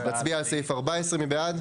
נצביע על סעיף 14. מי בעד?